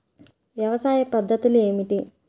వ్యవసాయ పద్ధతులు ఏమిటి?